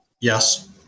Yes